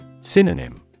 Synonym